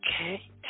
Okay